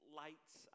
lights